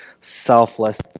selfless